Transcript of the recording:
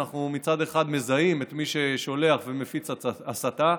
מצד אחד מזהים את מי ששולח ומפיץ הסתה,